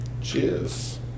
Cheers